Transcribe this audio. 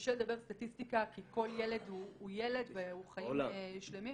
וקשה לדבר סטטיסטיקה כי כל ילד הוא ילד והוא חיים שלמים,